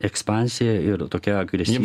ekspansiją ir tokia agresyvi